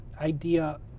idea